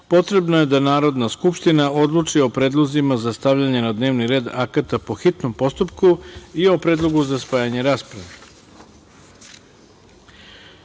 potrebno je da Narodna skupština odluči o predlozima za stavljanje na dnevni red akata po hitnom postupku i o predlogu za spajanje